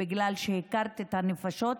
בגלל שהכרת את הנפשות,